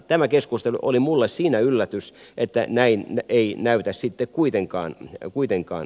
tämä keskustelu oli minulle siinä yllätys että näin ei näytä sitten kuitenkaan olevan